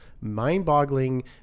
mind-boggling